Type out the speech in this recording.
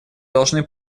должны